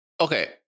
Okay